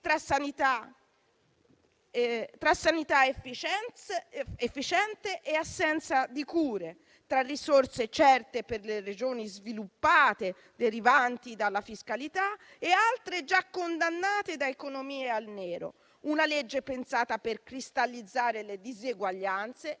tra sanità efficiente ed assenza di cure, tra risorse certe per le Regioni sviluppate, derivanti dalla fiscalità, e altre Regioni già condannate da economie al nero. Una legge pensata per cristallizzare le diseguaglianze